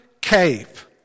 cave